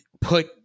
put